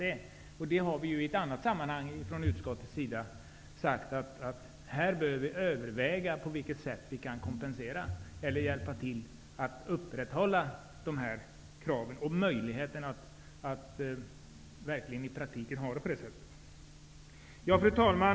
Utskottet har i ett annat sammanhang uttalat att det här bör ske ett övervägande för att se på vilket sätt det går att upprätthålla kraven. Fru talman! Jag vill yrka bifall till hemställan i betänkande JoU20.